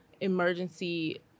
emergency